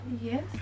Yes